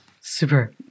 Super